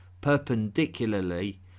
perpendicularly